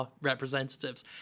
representatives